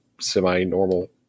semi-normal